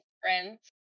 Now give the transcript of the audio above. friends